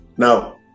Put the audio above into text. Now